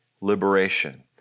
liberation